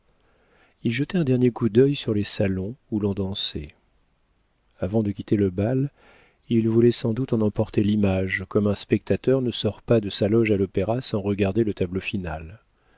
il jetait un dernier coup d'œil sur les salons où l'on dansait avant de quitter le bal il voulait sans doute en emporter l'image comme un spectateur ne sort pas de sa loge à l'opéra sans regarder le tableau final